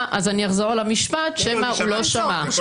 אני רק